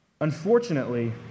Unfortunately